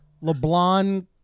LeBlanc